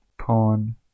pawn